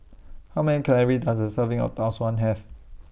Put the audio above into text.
How Many Calories Does A Serving of Tau Suan Have